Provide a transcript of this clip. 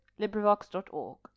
Librivox.org